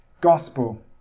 Gospel